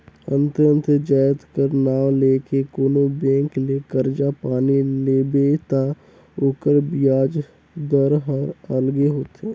अन्ते अन्ते जाएत कर नांव ले के कोनो बेंक ले करजा पानी लेबे ता ओकर बियाज दर हर अलगे होथे